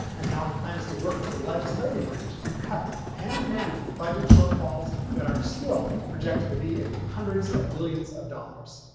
and how he plans to work with the legislative branch to cut and manage budget shortfalls that are still projected to be in and the hundreds of millions of dollars.